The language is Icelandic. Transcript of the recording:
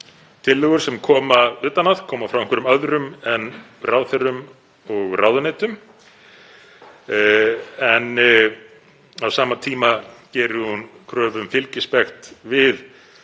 tillögur sem koma utan að, koma frá einhverjum öðrum en ráðherrum og ráðuneytum. En á sama tíma gerir hún kröfu um fylgispekt við